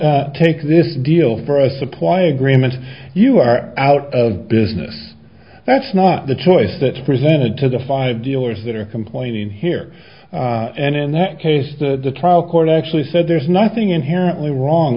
don't take this deal for a supply agreement you are out of business that's not the choice that presented to the five dealers that are complaining here and in that case the trial court actually said there's nothing inherently wrong